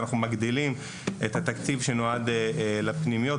אנחנו מגדילים את התקציב שנועד לפנימיות,